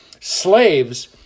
slaves